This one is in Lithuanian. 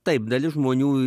taip dalis žmonių